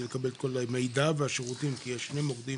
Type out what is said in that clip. לקבל את כל המידע והשירותים כי יש שני מוקדים